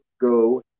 go